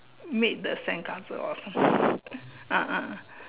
made the sandcastle or some ah ah ah